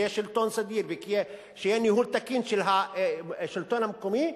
שיהיה שלטון סדיר ושיהיה ניהול תקין של השלטון המקומי,